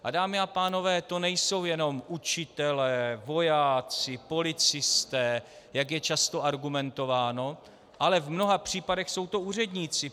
A dámy a pánové, to nejsou jenom učitelé, vojáci, policisté, jak je často argumentováno, ale v mnoha případech jsou to úředníci.